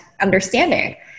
understanding